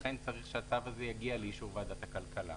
לכן צריך שהצו הזה יגיע לאישור ועדת הכלכלה.